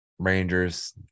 Rangers